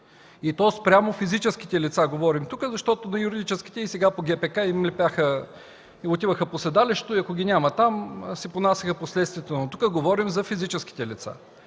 и то спрямо физическите лица, защото за юридическите и сега по ГПК отиваха по седалището и ако ги няма там си понасяха последствията, но тук говорим за физическите лица.